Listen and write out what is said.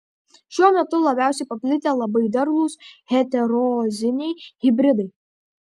šiuo metu labiausiai paplitę labai derlūs heteroziniai hibridai